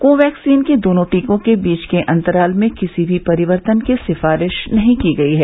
Covaxin के दोनों टीकों के बीच अंतराल में किसी परिवर्तन की सिफारिश नहीं की गई है